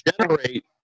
generate